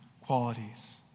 qualities